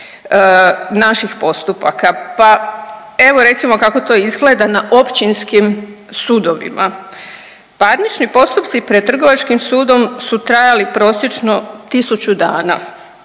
naših postupaka. Pa evo recimo kako to izgleda na općinskim sudovima. Parnički postupci pred Trgovačkim sudom su trajali prosječno 1000 dana.